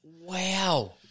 Wow